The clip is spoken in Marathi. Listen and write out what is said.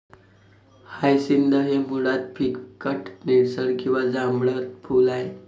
हायसिंथ हे मुळात फिकट निळसर किंवा जांभळट फूल आहे